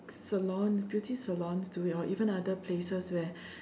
salons beauty salons do it or even other places where